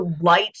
light